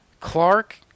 Clark